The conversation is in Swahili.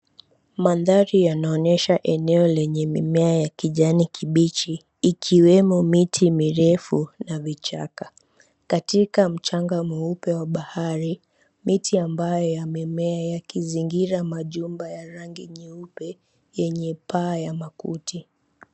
Mandhari yanaonyesha eneo lenye mimea ya kijani kibichi ikiwemo miti mirefu na vichaka. Katika mchanga mweupe wa bahari, miti ambayo yamemea yakizingira majumba ya rangi nyeupe yenye paa ya makuti.